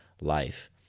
life